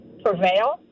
prevail